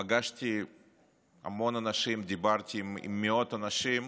פגשתי המון אנשים, דיברתי עם מאות אנשים,